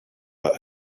but